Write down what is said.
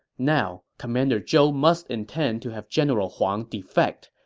now, commander zhou must intend to have general huang defect,